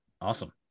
Awesome